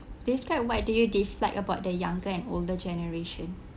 describe what do you dislike about the younger and older generation